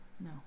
No